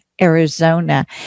Arizona